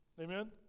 Amen